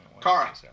Kara